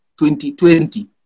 2020